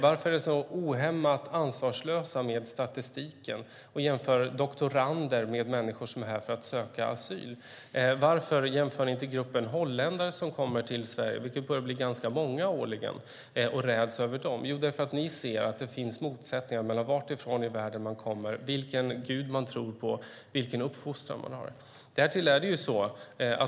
Varför är ni så ohämmat ansvarslösa med statistiken och jämför doktorander med människor som är här för att söka asyl? Varför jämför ni inte gruppen holländare som kommer till Sverige - de börjar bli ganska många årligen - och räds över dem? Jo, därför att ni ser att det finns motsättningar mellan varifrån i världen man kommer, vilken gud man tror på och vilken uppfostran man har.